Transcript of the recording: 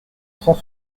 sans